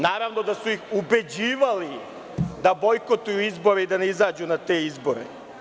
Naravno da su ih ubeđivali da bojkotuju izbore i da ne izađu na te izbore.